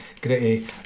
gritty